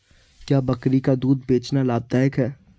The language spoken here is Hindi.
क्या बकरी का दूध बेचना लाभदायक है?